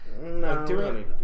No